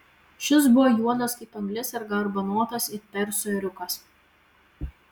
šis buvo juodas kaip anglis ir garbanotas it persų ėriukas